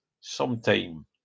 sometime